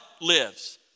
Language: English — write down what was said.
lives